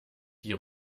die